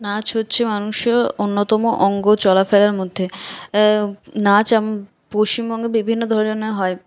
নাচ হচ্ছে মানুষের অন্যতম অঙ্গ চলাফেরার মধ্যে নাচ পশ্চিমবঙ্গে বিভিন্ন ধরণের হয়